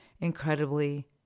incredibly